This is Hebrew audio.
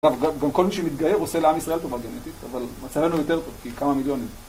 גם כל מי שמתגייר עושה לעם ישראל טובה גנטית, אבל מצבנו יותר טוב, כי כמה מיליונים.